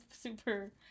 super